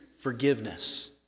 forgiveness